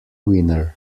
winner